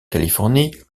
californie